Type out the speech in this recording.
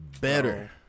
Better